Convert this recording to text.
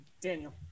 daniel